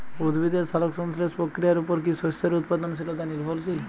উদ্ভিদের সালোক সংশ্লেষ প্রক্রিয়ার উপর কী শস্যের উৎপাদনশীলতা নির্ভরশীল?